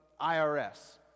IRS